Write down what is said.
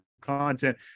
content